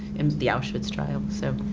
and the auschwitz trial. so,